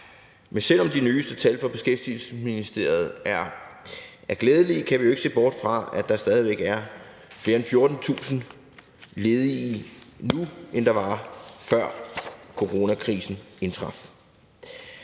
Men selv om de nyeste tal fra Beskæftigelsesministeriet er glædelige, kan vi jo ikke se bort fra, at der stadig væk er 14.000 flere ledige nu, end der var, før coronakrisen indtraf.